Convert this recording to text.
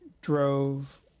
drove